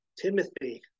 Timothy